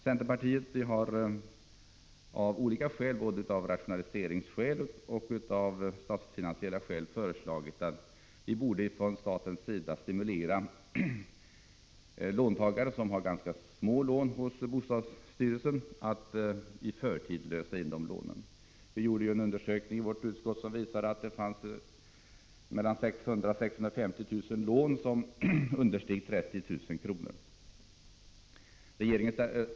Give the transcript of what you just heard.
Centerpartiet har föreslagit att vi från statens sida, både av rationaliseringsskäl och av statsfinansiella skäl, skall stimulera låntagare som har små lån hos bostadsstyrelsen att i förtid lösa in dem. Utskottet gjorde en undersökning som visade att det fanns mellan 600 000 och 650 000 lån som understeg 30 000 kr.